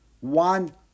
One